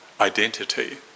identity